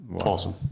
Awesome